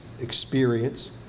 experience